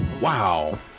wow